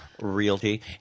Realty